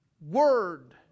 word